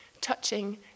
touching